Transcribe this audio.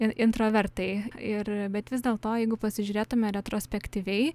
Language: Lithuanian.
in intravertai ir bet vis dėlto jeigu pasižiūrėtume retrospektyviai